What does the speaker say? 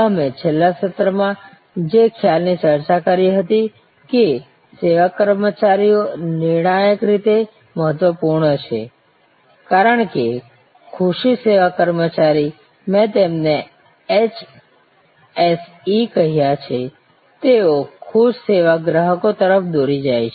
અમે છેલ્લા સત્રમાં જે ખ્યાલની ચર્ચા કરી હતી તે એ હતી કે સેવા કર્મચારીઓ નિર્ણાયક રીતે મહત્વપૂર્ણ છે કારણ કે ખુશી સેવા કર્મચારી મેં તેને એચએસઇ કહ્યા છે તેઓ ખુશ સેવા ગ્રાહકો તરફ દોરી જાય છે